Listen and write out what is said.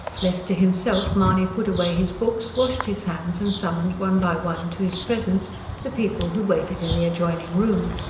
left to himself mahony put away his books, washed his hands and summoned one by one to his presence the people who waited in the adjoining room.